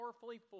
powerfully